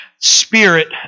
spirit